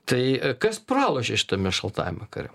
tai kas pralošė šitame šaltajame kare